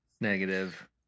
Negative